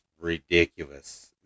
ridiculous